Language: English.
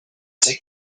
take